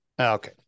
Okay